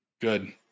Good